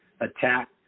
attack